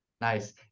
Nice